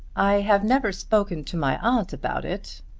i have never spoken to my aunt about it,